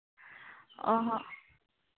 ᱚ ᱦᱚᱸ